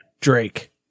Drake